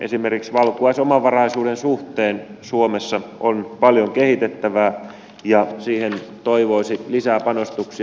esimerkiksi valkuaisomavaraisuuden suhteen suomessa on paljon kehitettävää ja siihen toivoisin lisää panostuksia